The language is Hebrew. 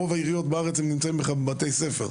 רוב העיריות בארץ נמצאות בכלל בבתי ספר,